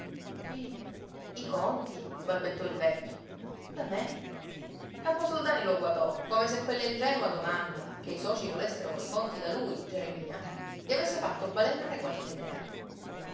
i i conti balbettò il vecchio da me camposoldani lo guatò come se quella ingenua domanda che i socii volessero i conti da lui geremia gli avesse fatto balenare qualche idea